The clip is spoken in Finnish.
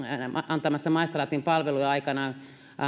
antamassa maistraatin palveluja aikoinaan